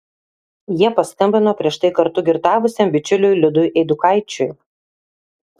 jie paskambino prieš tai kartu girtavusiam bičiuliui liudui eidukaičiui